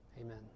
amen